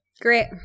Great